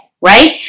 right